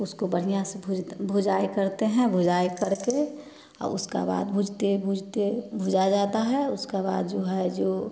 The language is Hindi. उसको बढ़ियाँ से भु भूजाई करते हैं भूजाई करके आ उसका बाद भूजते भूजते भूजा जाता है उसके बाद जो है जो